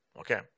Okay